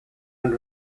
and